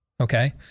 okay